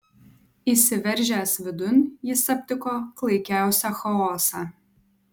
įsiveržęs vidun jis aptiko klaikiausią chaosą